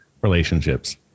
relationships